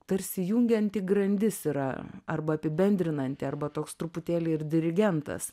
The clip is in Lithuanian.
tarsi jungianti grandis yra arba apibendrinanti arba toks truputėlį ir dirigentas